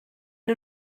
nhw